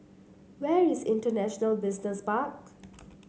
where is International Business Park